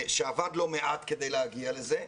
שעבד לא מעט כדי להגיע לזה,